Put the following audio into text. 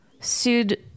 sued